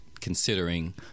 considering